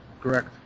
Correct